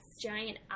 Giant